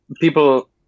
people